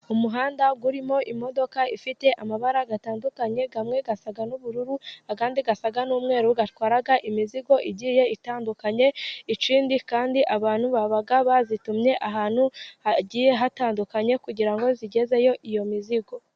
Umuhanda urimo imodoka ifite amabara atandukanye, amwe asa n'ubururu ayandi asa n'umweru, itwaye imizigo igiye itandukanye. Ikindi kandi abantu baba bazitumye ahantu hagiye hatandukanye kugira ngo zigezeyo iyo mizigo.